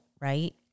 right